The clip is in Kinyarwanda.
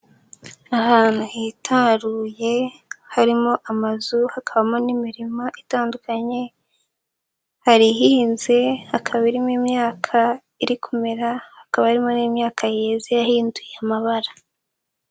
Ahantu hitaruye harimo amazu hakabamo n'imirima itandukanye, hari ihinze hakaba irimo imyaka iri kumera, hakaba harimo n'imyaka yeze yahinduye amabara.